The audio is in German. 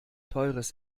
teures